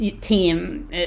team